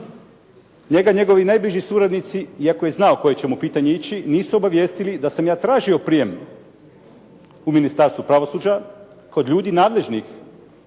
Njega njegovi najbliži suradnici, iako je znao koje će mu pitanje ići, nisu obavijestili da sam ja tražio prijem u Ministarstvo pravosuđa kod ljudi nadležnih